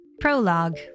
Prologue